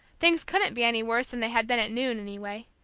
things couldn't be any worse than they had been at noon, anyway.